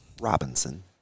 Robinson